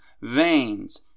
veins